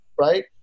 Right